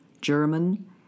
German